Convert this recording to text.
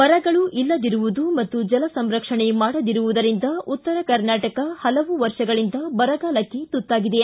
ಮರಗಳು ಇಲ್ಲದಿರುವುದು ಮತ್ತು ಜಲಸಂರಕ್ಷಣೆ ಮಾಡದಿರುವುದರಿಂದ ಉತ್ತರ ಕರ್ನಾಟಕ ಹಲವು ವರ್ಷಗಳಿಂದ ಬರಗಾಲಕ್ಕೆ ತುತ್ತಾಗಿದೆ